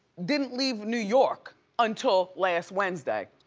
didn't leave new york until last wednesday,